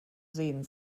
sehen